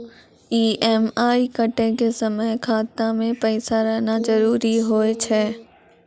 EMI कटै के समय खाता मे पैसा रहना जरुरी होय छै